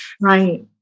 Right